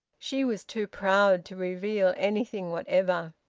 she was too proud to reveal anything whatever.